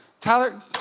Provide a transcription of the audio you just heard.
Tyler